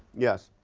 yes.